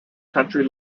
country